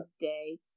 day